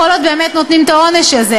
כל עוד באמת נותנים את העונש הזה.